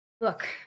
Look